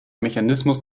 mechanismus